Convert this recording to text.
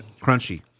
crunchy